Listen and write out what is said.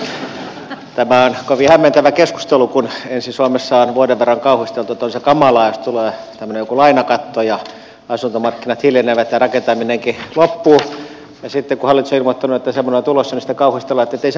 tämä on kovin hämmentävä keskustelu kun ensin suomessa on vuoden verran kauhisteltu että on se kamalaa jos tulee tämmöinen joku lainakatto ja asuntomarkkinat hiljenevät ja rakentaminenkin loppuu ja sitten kun hallitus on ilmoittanut että semmoinen on tulossa niin sitten kauhistellaan että ei se muutakaan markkinatilannetta